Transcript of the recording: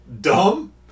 Dumb